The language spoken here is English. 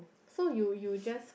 so you you just